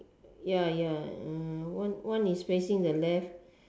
ya ya uh one one is facing the left